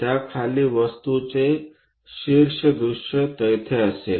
त्या खाली वस्तूचे शीर्ष दृश्य तेथे असेल